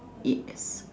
yes